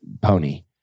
pony